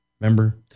Remember